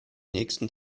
nächsten